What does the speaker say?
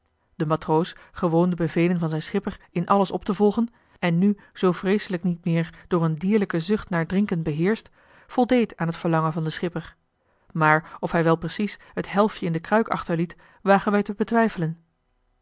de matroos gewoon de bevelen van zijn schipper in alles op te volgen en nu zoo vreeselijk niet meer door een dierlijke zucht naar drinken beheerscht voldeed aan het verlangen van den schipper maar of hij wel precies het helftje in de kruik achterliet wagen wij te betwijfelen